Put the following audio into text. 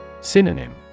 Synonym